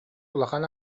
улахан